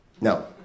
No